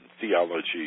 theology